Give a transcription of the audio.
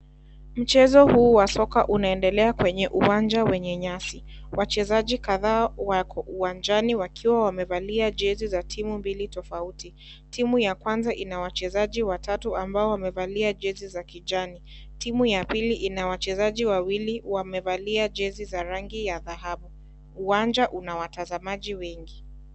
Mchezo huu wa soka unaendelea kwenye uwanja wenye nyasi. Wachezaji kadhaa wako uwanjani wakiwa wamevalia jezi za timu mbili tofauti. Timu ya kwanza ina wachezaji watatu ambao wamevalia jezi za kijani. Timu ya pili ina wachezaji wawili wamevalia jezi za rangi ya dhahabu. Uwanja una watazamaji wengi.